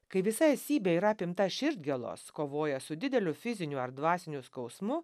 kai visa esybė yra apimta širdgėlos kovoja su dideliu fiziniu ar dvasiniu skausmu